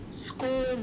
school